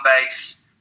base